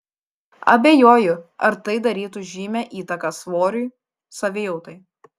abejoju ar tai darytų žymią įtaką svoriui savijautai